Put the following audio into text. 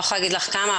לא יכולה להגיד לך כמה,